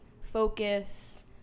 focus